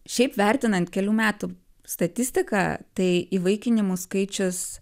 šiaip vertinant kelių metų statistiką tai įvaikinimų skaičius